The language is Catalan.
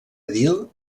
edil